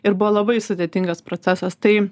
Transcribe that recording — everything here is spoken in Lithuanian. ir buvo labai sudėtingas procesas tai